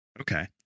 Okay